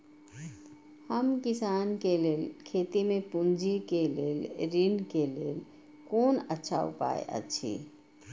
हम किसानके लेल खेती में पुंजी के लेल ऋण के लेल कोन अच्छा उपाय अछि?